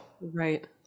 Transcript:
Right